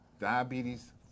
Diabetes